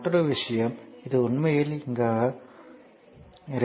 மற்றொரு விஷயம் இது உண்மையில் இங்கே பக்கம் எண் 19 ஆகும்